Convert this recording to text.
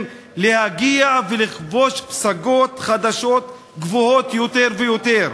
להגיע ולכבוש פסגות חדשות גבוהות יותר ויותר.